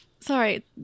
Sorry